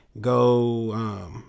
go